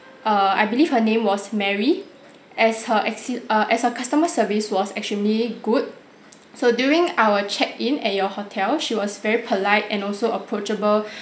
err I believe her name was mary as her exi~ err as a customer service was extremely good so during our check in at your hotel she was very polite and also approachable